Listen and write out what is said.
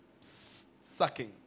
sucking